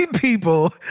people